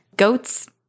Goats